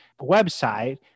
website